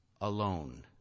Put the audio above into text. alone